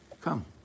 Come